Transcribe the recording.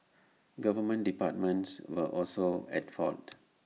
government departments were also at fault